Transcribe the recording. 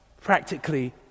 practically